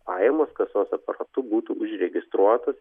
pajamos kasos aparatu būtų užregistruotos